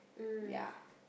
ya